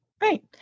Right